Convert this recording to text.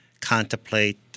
contemplate